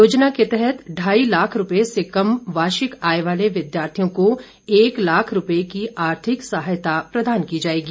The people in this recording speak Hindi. योजना के तहत ढाई लाख रूपए से कम वार्षिक आय वाले विद्यार्थियों को एक लाख रूपए की आर्थिक सहायता प्रदान की जाएगी